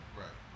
right